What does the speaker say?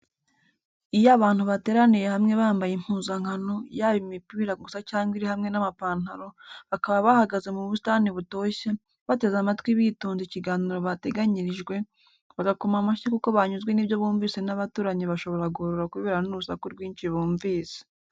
Iyo abantu bateraniye hamwe bambaye impuzankano, yaba imipira gusa cyangwa iri hamwe n'amapantaro, bakaba bahagaze mu busitani butoshye, bateze amatwi bitonze ikiganiro bateganyirijwe, bagakoma amashyi kuko banyuzwe n'ibyo bumvise n'abaturanyi bashobora guhurura kubera n'urusaku rwinshi bumvise.